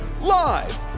live